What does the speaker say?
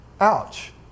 Ouch